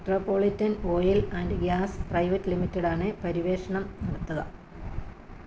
metropolitan oil and gas private ലിമിറ്റഡാണ് പരിവേഷണം നടത്തുക